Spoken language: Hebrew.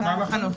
בעל החנות.